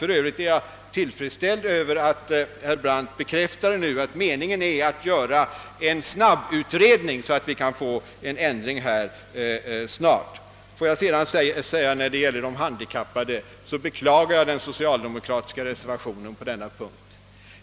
För övrigt är jag tillfredsställd med att herr Brandt bekräftade att meningen är att göra en snabbutredning, så att det snart kan bli en ändring. Jag beklagar den socialdemokratiska reservationen beträffande de handikappade,.